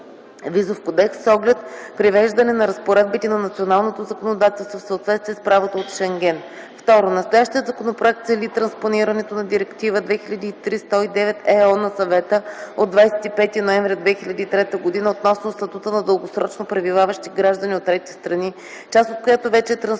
(Визов кодекс) с оглед привеждане на разпоредбите на националното законодателство в съответствие с правото от Шенген. Второ. Настоящият законопроект цели транспонирането на Директива 2003/109/ЕО на Съвета от 25 ноември 2003 г. относно статута на дългосрочно пребиваващи граждани от трети страни, част от която вече е транспонирана